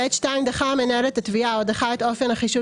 (ב2) דחה המנהל את התביעה או דחה את אופן החישוב